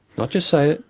not just say it.